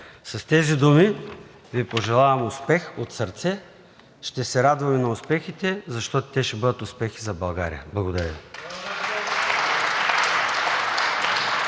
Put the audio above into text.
С тези думи Ви пожелавам успех от сърце. Ще се радваме на успехите, защото те ще бъдат успехи за България. Благодаря Ви.